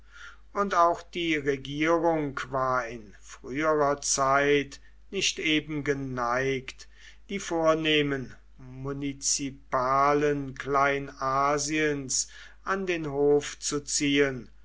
und auch die regierung war in früherer zeit nicht eben geneigt die vornehmen munizipalen kleinasiens an den hof zu ziehen